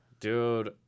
Dude